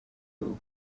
uko